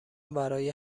برای